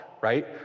right